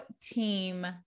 team